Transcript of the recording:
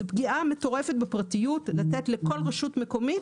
זו פגיעה מטורפת בפרטיות לתת לכל רשות מקומית